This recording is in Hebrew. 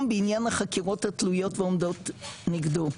בעניין החקירות התלויות ועומדות נגדו.